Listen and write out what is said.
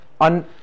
on